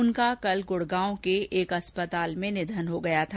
उनका कल गुडगांव के एक अस्पताल में निधन हो गया था